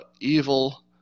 evil